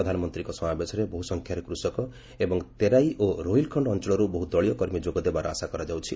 ପ୍ରଧାନମନ୍ତ୍ରୀଙ୍କ ସମାବେଶରେ ବହୁ ସଂଖ୍ୟାରେ କୃଷକ ଏବଂ ତରାଇ ଓ ରୋହିଲ୍ଖଣ୍ଡ ଅଞ୍ଚଳରୁ ବହୁ ଦଳୀୟ କର୍ମୀ ଯୋଗଦେବାର ଆଶା କରାଯାଉଛି